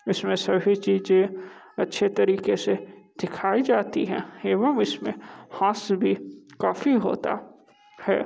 इसमें सभी चीज़ें अच्छे तरीके से दिखाई जाती हैं एवं इसमें हास्य भी काफी होता है